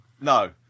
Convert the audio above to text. No